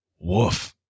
Woof